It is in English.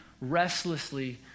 restlessly